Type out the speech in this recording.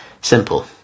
Simple